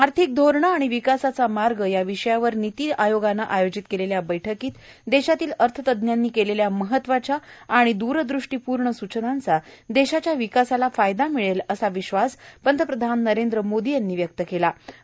आर्थिक धोरणं आणि विकासाचा मार्ग या विषयावर निती आयोगानं आयोजित केले ल्या बैठकीत देशातल्या अर्थतज्ज्ञांनी केलेल्या महत्वाच्या आणि द्रदृष्टीपूर्ण सूचनांचा देशाच्या विकासाला फायदा मिळेल असा विश्वास पंतप्रधान नरेंद्र मोदी यांनी व्यक्त केला आहे